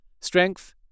Strength